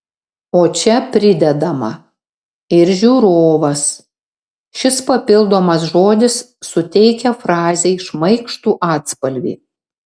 o čia pridedama ir žiūrovas šis papildomas žodis suteikia frazei šmaikštų atspalvį